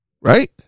right